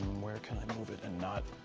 where can i move it and not?